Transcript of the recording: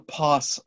pass